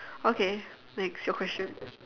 okay next your question